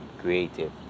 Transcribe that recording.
creative